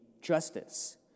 justice